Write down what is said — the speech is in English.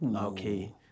Okay